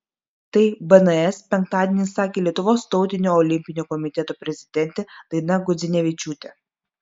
tai bns penktadienį sakė lietuvos tautinio olimpinio komiteto prezidentė daina gudzinevičiūtė